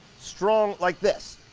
strong, like this.